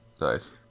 nice